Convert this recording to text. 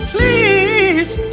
Please